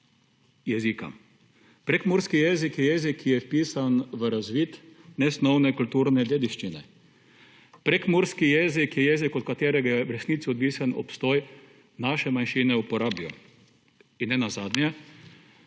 jezika. Prekmurski jezik je jezik, ki je vpisan v razvid nesnovne kulturne dediščine. Prekmurski jezik je jezik, od katerega je v resnici odvisen obstoj naše manjšine v Porabju. In nenazadnje,